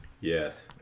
Yes